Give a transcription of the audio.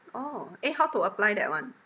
orh eh how to apply that one